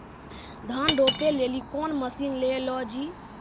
धान रोपे लिली कौन मसीन ले लो जी?